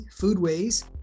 foodways